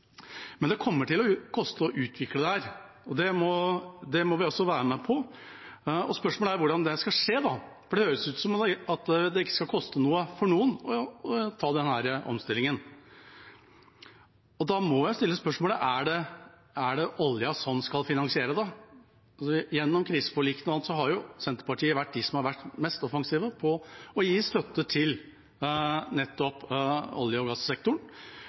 Det kommer til å koste å utvikle dette, og det må vi også være med på. Spørsmålet er hvordan det skal skje. For det høres ut som om det ikke skal koste noe for noen å ta denne omstillingen. Da må jeg stille spørsmålet: Er det olja som skal finansiere det? Gjennom kriseforlikene og annet har jo Senterpartiet vært de som har vært mest offensive med hensyn til å gi støtte til nettopp olje- og gassektoren,